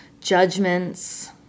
judgments